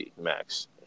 max